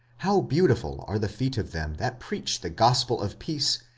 how beautiful are the feet of them that preach the gospel of peace,